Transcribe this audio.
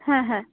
হ্যাঁ হ্যাঁ